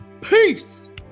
peace